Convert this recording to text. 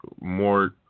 more